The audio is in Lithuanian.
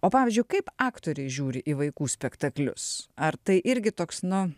o pavyzdžiui kaip aktoriai žiūri į vaikų spektaklius ar tai irgi toks nu